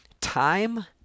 time